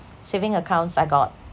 saving accounts I got